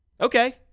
Okay